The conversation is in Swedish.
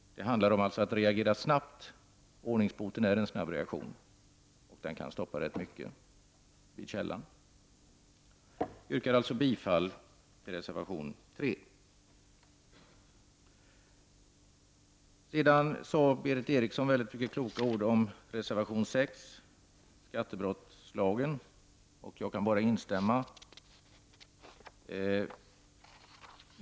Det handlar här om att reagera snabbt. Ordningsboten är en snabb reaktion, och den kan stoppa rätt mycket vid källan. Jag yrkar alltså bifall till reservation 3. Berith Eriksson sade många kloka ord om reservation 6 som handlar om skattebrottslagen. Jag instämmer.